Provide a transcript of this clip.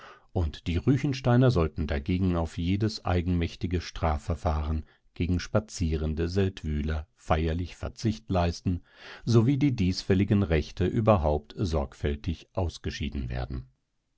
und die ruechensteiner sollten dagegen auf jedes eigenmächtige strafverfahren gegen spazierende seldwyler feierlich verzicht leisten sowie die diesfälligen rechte überhaupt sorgfältig ausgeschieden werden